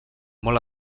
molt